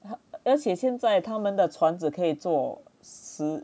而且现在他们的船只可以做十